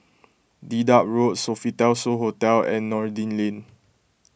Dedap Road Sofitel So Hotel and Noordin Lane